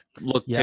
look